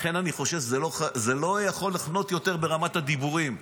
לכן אני חושב שזה לא יכול לחנות יותר ברמת הדיבורים.